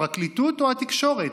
הפרקליטות או התקשורת?